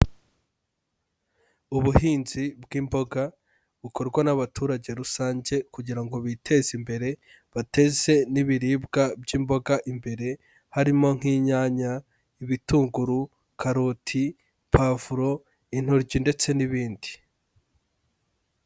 Ubuhinzi bw'imboga bukorwa n'abaturage rusange kugira ngo biteze imbere, bateze n'ibiribwa by'imboga imbere harimo nk'inyanya, ibitunguru, karoti, pavuro, intoryi ndetse n'ibindi.